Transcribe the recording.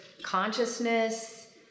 Consciousness